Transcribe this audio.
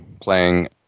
playing